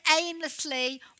aimlessly